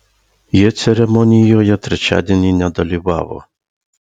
jie ceremonijoje trečiadienį nedalyvavo